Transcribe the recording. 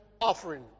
offering